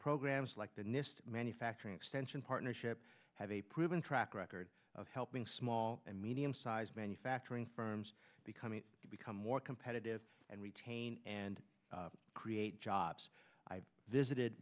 programs like the nist manufacturing extension partnership have a proven track record of helping small and medium sized manufacturing firms becoming to become more competitive and retain and create jobs i have visited